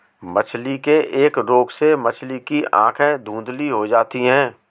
मछली के एक रोग से मछली की आंखें धुंधली हो जाती है